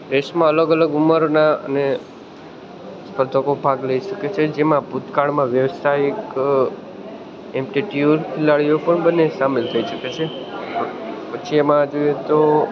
રેસમાં અલગ અલગ ઉંમરના અને સ્પર્ધકો ભાગ લઈ શકે છે જેમાં ભૂતકાળમાં વ્યવસાયિક એમટી ટયૂર ખેલાડીઓ પણ બંને સામેલ થઈ શકે છે પછી એમાં જોઈએ તો